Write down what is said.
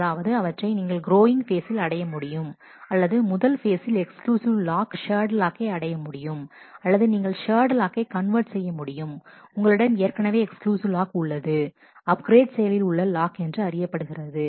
அதாவது அவற்றை நீங்கள் குரோயிங் ஃபேசில் அடைய முடியும் அல்லது முதல் ஃபேசில் எக்ஸ்க்ளூசிவ் லாக் ஷேர்டு லாக்கை அடைய முடியும்அல்லது நீங்கள் ஷேர்டு லாக்கை கன்வெர்ட் செய்ய முடியும் உங்களிடம் ஏற்கனவே எக்ஸ்க்ளூசிவ் லாக் உள்ளது அப்கிரேட் செயலில் உள்ள லாக் என்று அறியப்படுகிறது